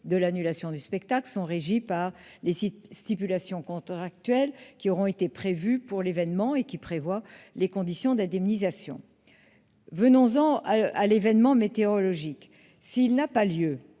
de l'annulation du spectacle sont régies par les stipulations contractuelles qui auront été prévues pour l'événement, notamment les conditions d'indemnisation. Dans le cas où l'événement météorologique n'aurait